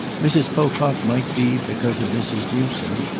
mrs. pocock might be because of mrs. newsome,